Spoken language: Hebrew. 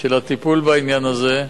של הטיפול בעניין הזה.